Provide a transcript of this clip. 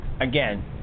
again